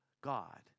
God